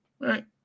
right